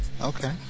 okay